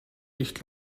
nicht